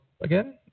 again